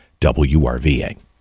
WRVA